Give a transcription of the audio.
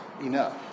enough